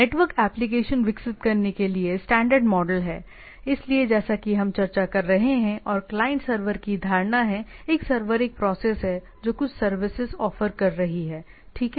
network application विकसित करने के लिए स्टैंडर्ड मॉडल है इसलिए जैसा कि हम चर्चा कर रहे हैं और क्लाइंट सर्वर की धारणा है एक सर्वर एक प्रोसेस है जो कुछ सर्विस ऑफर कर रही है ठीक है